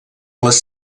les